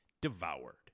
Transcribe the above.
Devoured